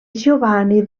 giovanni